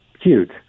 huge